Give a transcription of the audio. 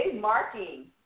marking